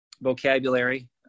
vocabulary